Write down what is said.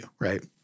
Right